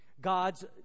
God's